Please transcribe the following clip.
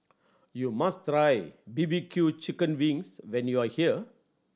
you must try B B Q chicken wings when you are here